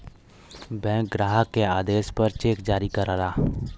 bank ग्राहक के आदेश पर चेक जारी करला